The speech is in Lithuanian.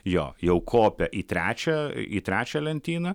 jo jau kopia į trečią į trečią lentyną